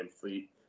Fleet